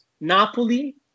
Napoli